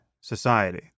society